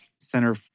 Center